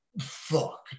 Fuck